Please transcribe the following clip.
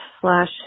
slash